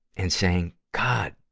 and saying, god,